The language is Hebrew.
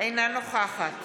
אינה נוכחת